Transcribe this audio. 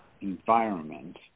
environment